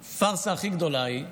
הפארסה הכי גדולה היא כשמפרסמים: